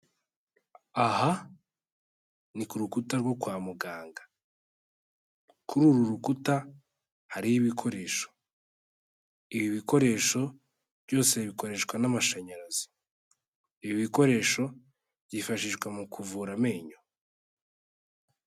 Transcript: Aha ni ku rukuta rwo kwa muganga kuri uru rukuta hariho ibikoresho, ibi bikoresho byose bikoreshwa n'amashanyarazi, ibi bikoresho byifashishwa mu kuvura amenyo.